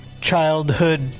childhood